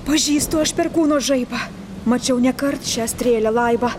pažįstu aš perkūno žaibą mačiau ne kart šią strėlę laibą